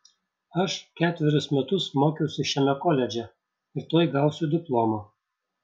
aš ketverius metus mokiausi šiame koledže ir tuoj gausiu diplomą